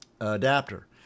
adapter